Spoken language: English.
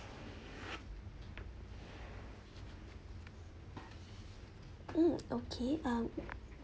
mm okay um